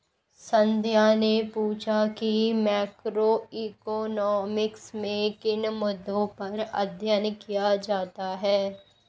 संध्या ने पूछा कि मैक्रोइकॉनॉमिक्स में किन मुद्दों पर अध्ययन किया जाता है